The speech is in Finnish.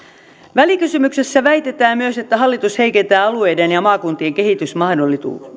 välikysymyksessä väitetään myös että hallitus heikentää alueiden ja maakuntien kehitysmahdollisuuksia